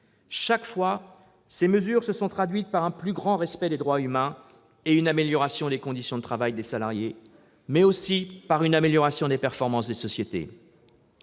Chaque fois, ces mesures se sont traduites non seulement par un plus grand respect des droits humains et une amélioration des conditions de travail des salariés, mais aussi par une amélioration des performances des sociétés.